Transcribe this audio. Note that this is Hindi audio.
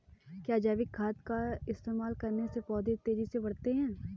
क्या जैविक खाद का इस्तेमाल करने से पौधे तेजी से बढ़ते हैं?